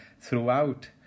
throughout